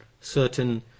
certain